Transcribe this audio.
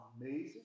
amazing